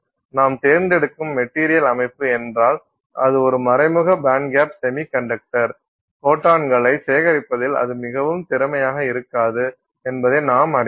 நாம் தேர்ந்தெடுக்கும் மெட்டீரியல் அமைப்பு என்றால் அது ஒரு மறைமுக பேண்ட்கேப் செமிகண்டக்டர் ஃபோட்டான்களை சேகரிப்பதில் இது மிகவும் திறமையாக இருக்காது என்பதை நாம் அறிவோம்